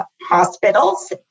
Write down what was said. hospitals